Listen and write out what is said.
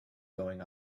going